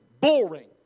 boring